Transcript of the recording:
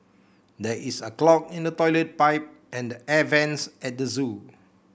there is a clog in the toilet pipe and the air vents at the zoo